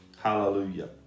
Hallelujah